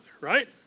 right